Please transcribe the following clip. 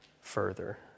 further